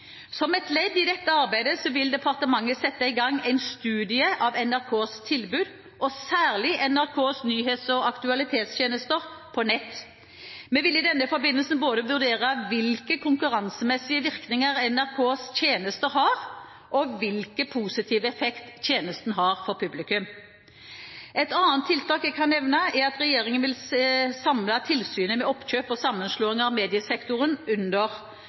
Som et ledd i dette arbeidet vil departementet sette i gang en studie av NRKs tilbud, og særlig NRKs nyhets- og aktualitetstjenester på nett. Vi vil i denne forbindelse vurdere både hvilke konkurransemessige virkninger NRKs tjenester har, og hvilken positiv effekt tjenesten har for publikum. Et annet tiltak jeg kan nevne, er at regjeringen vil samle tilsynet med oppkjøp og sammenslåinger på mediesektoren under